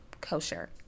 kosher